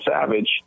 Savage